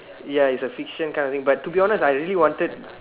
ya it's a fiction kind of thing but to be honest I really wanted